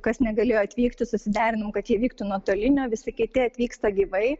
kas negalėjo atvykti susiderinom kad jie vyktų nuotoliniu visi kiti atvyksta gyvai